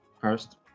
first